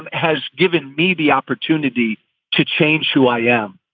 and has given me the opportunity to change who i am.